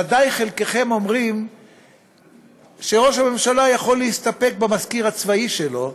ודאי חלקכם אומרים שראש הממשלה יכול להסתפק במזכיר הצבאי שלו.